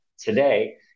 today